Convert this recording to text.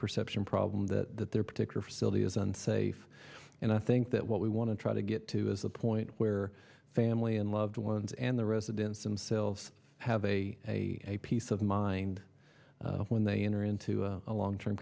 perception problem that their particular facility is unsafe and i think that what we want to try to get to is a point where family and loved ones and the residents themselves have a peace of mind when they enter into a long term